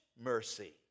mercy